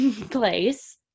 place